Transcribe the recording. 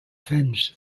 fins